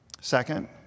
Second